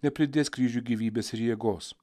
nepridės kryžiui gyvybės ir jėgos